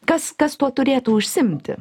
kas kas tuo turėtų užsiimti